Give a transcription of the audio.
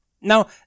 Now